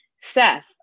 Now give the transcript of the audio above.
Seth